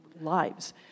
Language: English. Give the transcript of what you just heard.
lives